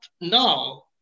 now